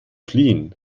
fliehen